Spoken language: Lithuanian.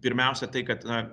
pirmiausia tai kad na